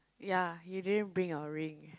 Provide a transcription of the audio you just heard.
ya you didn't bring your ring